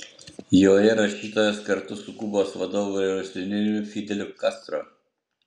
joje rašytojas kartu su kubos vadovu revoliucionieriumi fideliu castro